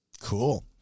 Cool